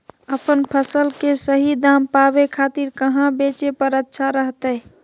अपन फसल के सही दाम पावे खातिर कहां बेचे पर अच्छा रहतय?